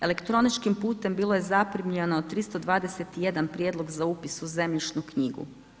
Elektroničkim putem bilo je zaprimljeno 321 prijedlog za upis u zemljišnu knjigu.